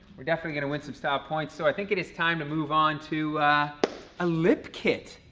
we're definitely gonna win some style points. so i think it is time to move on to a lip kit.